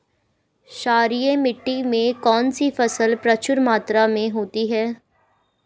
क्षारीय मिट्टी में कौन सी फसल प्रचुर मात्रा में होती है?